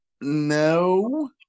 No